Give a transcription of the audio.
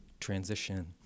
transition